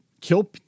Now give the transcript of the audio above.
Kill